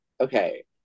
Okay